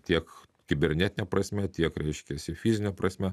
tiek kibernetine prasme tiek reiškiasi fizine prasme